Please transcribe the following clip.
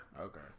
Okay